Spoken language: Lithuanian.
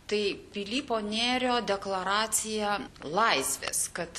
tai pilypo nėrio deklaracija laisvės kad